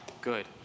Good